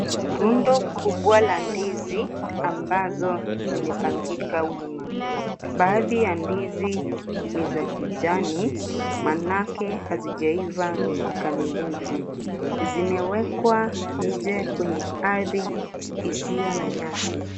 Rundo kubwa la ndizi ambazo zimepangika wima, baadhi ya ndizi niza kijani manake hazijaiva kikamilifu, zimewekwa nje kwenye ardhi isiyo na nyasi.